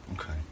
Okay